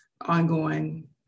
ongoing